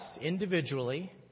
individually